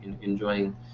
enjoying